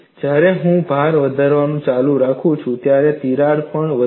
જ્યારે હું ભાર વધારવાનું ચાલુ રાખું છું ત્યારે તિરાડ પણ વધશે